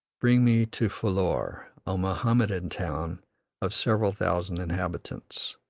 bring me to phillour, a mohammedan town of several thousand inhabitants.